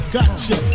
Gotcha